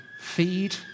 feed